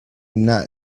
not